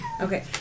Okay